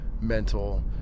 mental